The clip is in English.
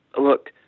look